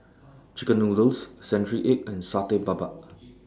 Chicken Noodles Century Egg and Satay Babat